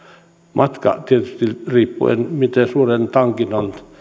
matka tietysti riippuen siitä miten suuren tankin on